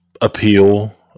appeal